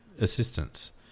assistance